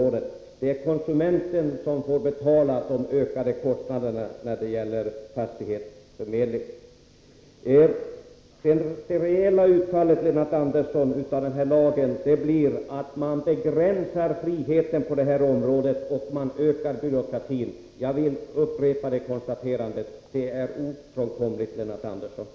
Det är konsumenten som får betala de ökade kostnaderna. Det reella utfallet av lagen blir att man begränsar friheten på fastighetsförmedlingens område och att byråkratin ökar — jag upprepar det konstaterandet. Det är ofrånkomligt, Lennart Andersson.